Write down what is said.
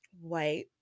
white